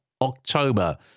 October